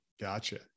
Gotcha